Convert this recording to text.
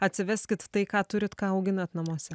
atsiveskit tai ką turit ką auginat namuose